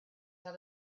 how